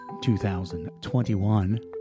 2021